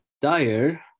dire